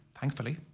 thankfully